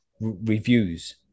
reviews